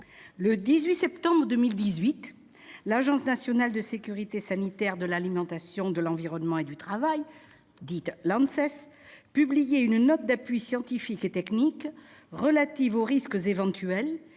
le 18 septembre 2018, l'Agence nationale de sécurité sanitaire de l'alimentation, de l'environnement et du travail, l'ANSES, publiait une note d'appui scientifique et technique relative aux risques- éventuels